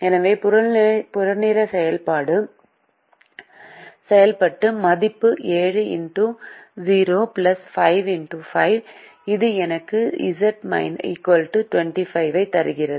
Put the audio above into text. எனவே புறநிலை செயல்பாட்டு மதிப்பு இது எனக்கு Z 25 ஐ தருகிறது